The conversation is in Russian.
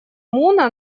муна